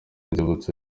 inzibutso